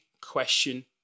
question